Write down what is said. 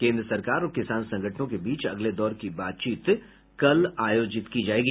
केन्द्र सरकार और किसान संगठनों के बीच अगले दौर की बातचीत कल आयोजित की जाएगी